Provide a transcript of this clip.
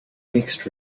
mixed